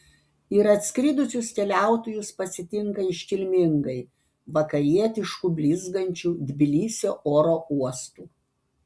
ir atskridusius keliautojus pasitinka iškilmingai vakarietišku blizgančiu tbilisio oro uostu